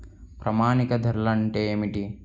ప్రామాణిక ధరలు అంటే ఏమిటీ?